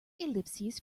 ellipses